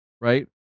right